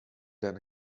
than